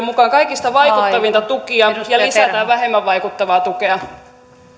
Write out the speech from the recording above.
mukaan kaikista vaikuttavinta tukea ja lisätään vähemmän vaikuttavaa tukea